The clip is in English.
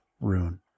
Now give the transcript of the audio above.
rune